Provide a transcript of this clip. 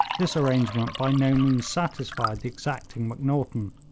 this arrangement by no means satisfied the exacting macnaghten,